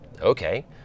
okay